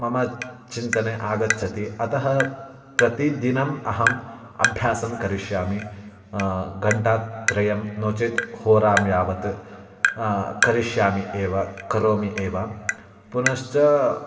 मम चिन्तने आगच्छति अतः प्रतिदिनम् अहम् अभ्यासं करिष्यामि घण्टात्रयं नोचेत् होरां यावत् करिष्यामि एव करोमि एव पुनश्च